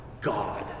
God